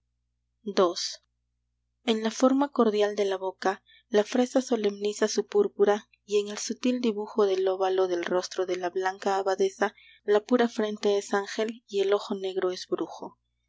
ii en la forma cordial de la boca la fresa solemniza su púrpura y en el sutil dibujo del óvalo del rostro de la blanca abadesa la pura frente es ángel y el ojo negro es brujo